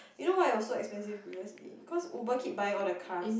you know why it was so expensive previously cause Uber keep buying all the cars